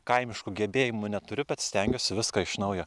kaimiškų gebėjimų neturiu bet stengiuosi viską iš naujo